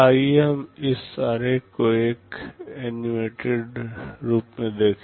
आइए हम इस आरेख को एक एनिमेटेड रूप में देखें